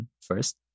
first